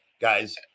guys